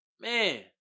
man